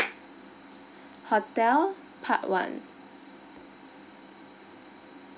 hotel part one